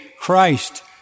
Christ